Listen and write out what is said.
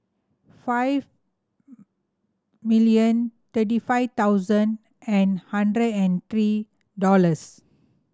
five million thirty five thousand and hundred and three dollars